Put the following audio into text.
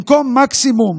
במקום מקסימום